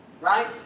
Right